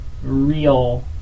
real